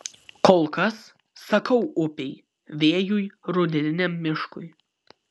kol kas sakau upei vėjui rudeniniam miškui